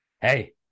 Hey